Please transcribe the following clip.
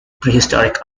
prehistoric